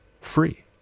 free